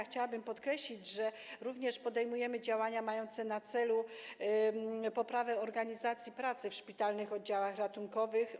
Chciałabym podkreślić, że również podejmujemy działania mające na celu poprawę organizacji pracy w szpitalnych oddziałach ratunkowych.